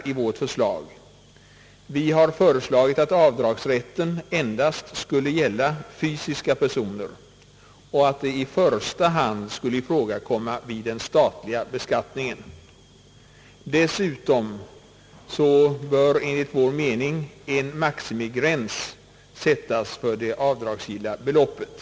Vi har således föreslagit att avdragsrätten skulle gälla endast fysiska personer och att den i första hand skulle ifrågakomma vid den statliga beskattningen. Dessutom bör enligt vår mening en maximigräns sättas för det avdragsgilla beloppet.